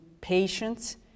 patients